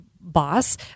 boss